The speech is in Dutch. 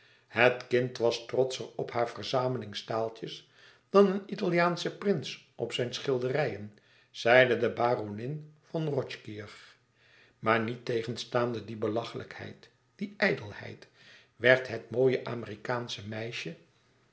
het kind was trotscher op hare verzameling staaltjes dan een italiaansche prins op zijn schilderijen zeide de baronin von rothkirch maar niettegenstaande die belachelijkheid die ijdelheid werd het mooie amerikaansche meisje